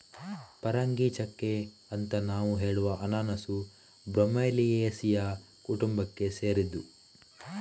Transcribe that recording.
ಪರಂಗಿಚೆಕ್ಕೆ ಅಂತ ನಾವು ಹೇಳುವ ಅನನಾಸು ಬ್ರೋಮೆಲಿಯೇಸಿಯ ಕುಟುಂಬಕ್ಕೆ ಸೇರಿದ್ದು